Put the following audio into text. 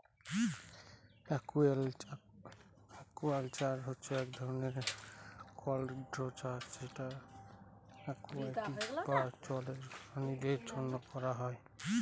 aquaculture হচ্ছে এক ধরনের কন্ট্রোল্ড চাষ যেটা একুয়াটিক বা জলের প্রাণীদের জন্য করা হয়